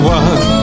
one